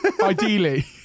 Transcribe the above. Ideally